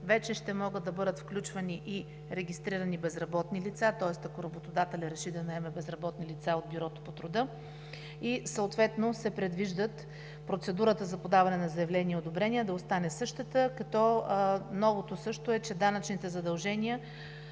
Вече ще могат да бъдат включвани и регистрирани безработни лица, тоест ако работодателят реши да наеме безработни лица от Бюрото по труда и съответно се предвижда процедурата за подаване на заявления и одобрения да остане същата. Новото също е, че данъчните задължения